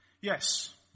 Yes